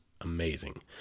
amazing